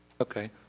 okay